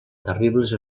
terribles